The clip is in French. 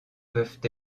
peuvent